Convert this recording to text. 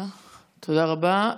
תודה רבה.